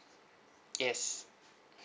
yes